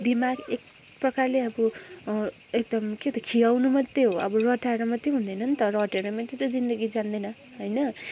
बिमार एक प्रकारले अब एकदम क्या त खियाउनु मात्रै हो अब रटाएर मात्रै हुँदैन नि त रटेर नै त्यो त जिन्दती जाँदैन होइन